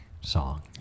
song